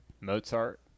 Mozart